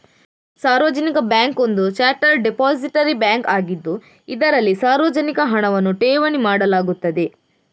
ಸಾರ್ವಜನಿಕ ಬ್ಯಾಂಕ್ ಒಂದು chartered depository bank ಆಗಿದ್ದು, ಇದರಲ್ಲಿ ಸಾರ್ವಜನಿಕ ಹಣವನ್ನು ಠೇವಣಿ ಮಾಡಲಾಗುತ್ತದೆ